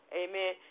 amen